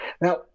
Now